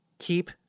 keep